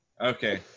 Okay